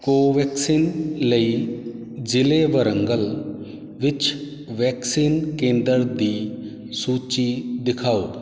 ਕੋਵੈਕਸਿਨ ਲਈ ਜ਼ਿਲ੍ਹੇ ਵਾਰੰਗਲ ਵਿੱਚ ਵੈਕਸੀਨ ਕੇਂਦਰ ਦੀ ਸੂਚੀ ਦਿਖਾਓ